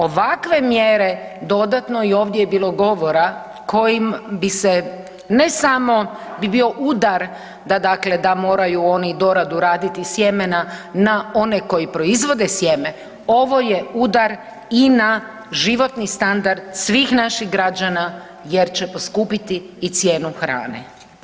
Ovakve mjere dodatno i ovdje je bilo govora kojim bi se ne samo bi bio udar da dakle da moraju oni doradu raditi sjemena na one koji proizvode sjeme, ovo je udar i na životni standard svih naših građana jer će poskupiti i cijenu hrane.